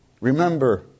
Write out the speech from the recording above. remember